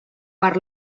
per